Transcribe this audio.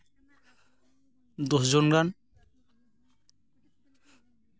ᱫᱚᱥ ᱡᱚᱱ ᱜᱟᱱ